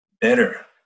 better